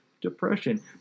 Depression